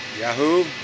Yahoo